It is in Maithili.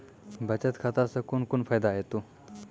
बचत खाता सऽ कून कून फायदा हेतु?